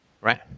right